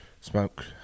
Smoke